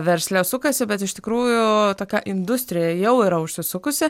versle sukasi bet iš tikrųjų tokia industrija jau yra užsisukusi